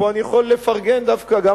פה אני יכול לפרגן דווקא גם